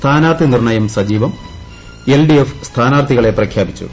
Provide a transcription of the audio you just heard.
സ്ഥാനാർത്ഥി നിർണ്ണയം സജീവം ്യൂഎൽ ഡി എഫ് സ്ഥാനാർത്ഥികളെ പ്രഖ്യാപിച്ചു